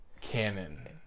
canon